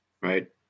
Right